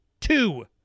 two